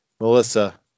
Melissa